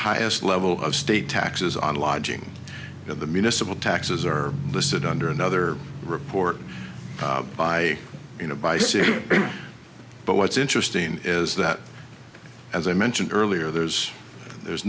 highest level of state taxes on lodging at the municipal taxes are listed under another report by you know by c but what's interesting is that as i mentioned earlier there's there's